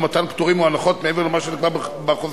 או מתן פטורים או הנחות מעבר למה שנקבע בחוזה,